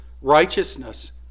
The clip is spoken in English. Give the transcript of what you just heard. righteousness